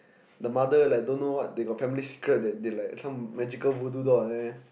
the mother like don't know what they got family secret that they like some magical voodoo doll like that eh